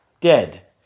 dead